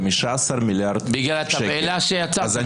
בגלל התבהלה שיצרתם.